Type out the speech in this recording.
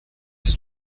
was